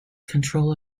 control